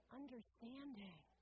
understanding